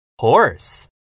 Horse